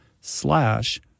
slash